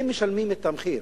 הם משלמים את המחיר.